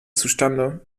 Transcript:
zustande